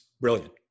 brilliant